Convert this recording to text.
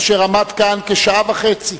אשר עמד כאן כשעה וחצי